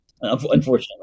Unfortunately